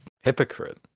Hypocrite